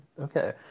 Okay